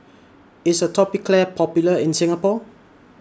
IS Atopiclair Popular in Singapore